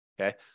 okay